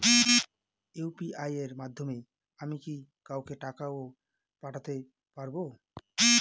UPI এর মাধ্যমে কি আমি কাউকে টাকা ও পাঠাতে পারবো?